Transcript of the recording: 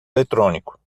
eletrônico